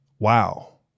Wow